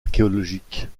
archéologiques